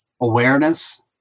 awareness